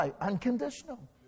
unconditional